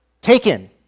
Taken